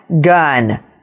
gun